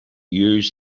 use